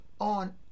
on